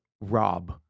Rob